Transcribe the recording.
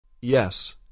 Yes